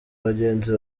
bagenzi